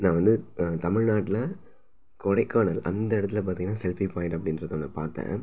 நான் வந்து தமிழ்நாட்டில் கொடைக்கானல் அந்த இடத்துல பார்த்தீங்கன்னா செல்ஃபி பாயிண்ட் அப்படின்றது ஒன்று பார்த்தேன்